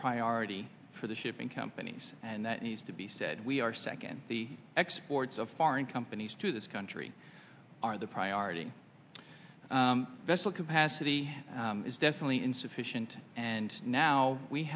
priority for the shipping companies and that needs to be said we are second the exports of foreign companies to this country are the priority vessel capacity is definitely insufficient and now we